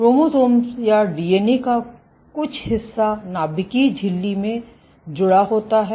chromosome या DNA का कुछ हिस्सा नाभिकीय झिल्ली में झिल्ली से जुड़ा होता है